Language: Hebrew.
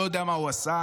לא יודע מה הוא עשה,